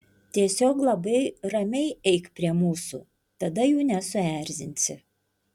tiesiog labai ramiai eik prie mūsų tada jų nesuerzinsi